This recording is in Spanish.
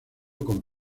con